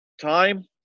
time